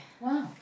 Wow